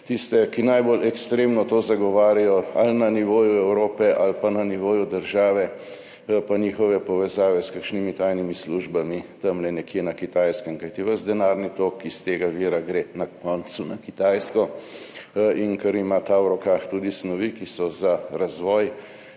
tiste, ki najbolj ekstremno to zagovarjajo ali na nivoju Evrope ali pa na nivoju države, pa njihove povezave s kakšnimi tajnimi službami tam nekje na Kitajskem. Kajti ves denarni tok iz tega vira gre na koncu na Kitajsko, in ker ima ta v rokah tudi snovi, ki so za razvoj